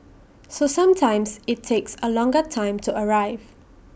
so sometimes IT takes A longer time to arrive